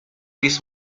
this